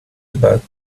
about